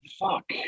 Fuck